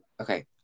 Okay